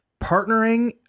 Partnering